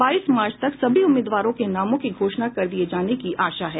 बाईस मार्च तक सभी उम्मीदवारों के नामों की घोषणा कर दिए जाने की आशा है